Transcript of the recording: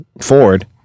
Ford